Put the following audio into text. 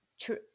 true